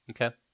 Okay